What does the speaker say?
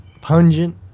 pungent